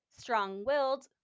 strong-willed